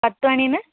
പത്ത് മണിന്ന്